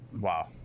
wow